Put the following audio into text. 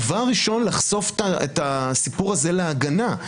דבר ראשון לחשוף את הסיפור הזה להגנה,